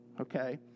okay